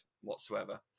whatsoever